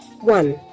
one